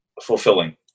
fulfilling